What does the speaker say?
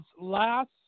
last